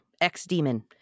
ex-demon